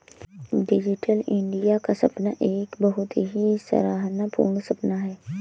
digital India का सपना एक बहुत ही सराहना पूर्ण सपना है